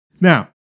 Now